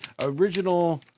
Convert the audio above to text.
original